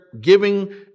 giving